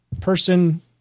person